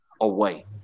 away